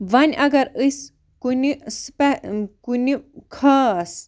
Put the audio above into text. وۄنۍ اگر أسۍ کُنہِ کُنہِ خاص